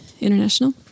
International